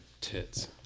tits